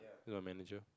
the manager